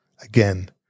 Again